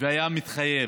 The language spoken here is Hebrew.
והיה מתחייב.